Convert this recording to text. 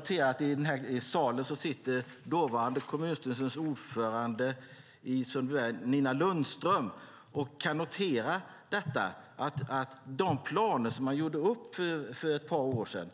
I salen sitter dåvarande kommunstyrelsens ordförande i Sundbyberg Nina Lundström som kan notera att de planer som man gjorde upp för ett par år sedan